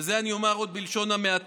ואת זה אני אומר עוד בלשון המעטה.